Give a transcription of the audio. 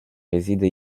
réside